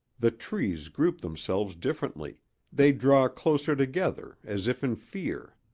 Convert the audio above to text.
the trees group themselves differently they draw closer together, as if in fear.